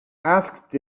asked